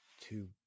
Two